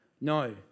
No